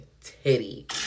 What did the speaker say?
titty